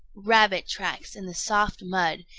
rabbit tracks in the soft mud,